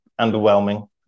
underwhelming